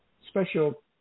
special